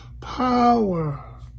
power